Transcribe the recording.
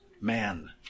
man